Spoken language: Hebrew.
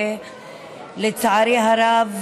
ולצערי הרב,